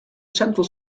central